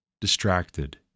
distracted